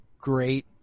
Great